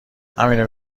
همینو